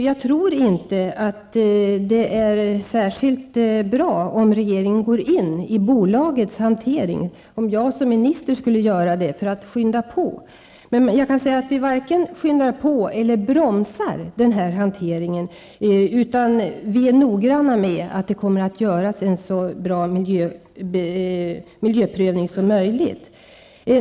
Jag tror inte att det är särskilt bra om regeringen går in i bolagets hantering, dvs. om jag, som minister, skulle göra det i syfte att påskynda det hela. Vi varken påskyndar eller bromsar hanteringen, utan vi är noggranna med att en så bra miljöprövning som möjligt kommer att göras.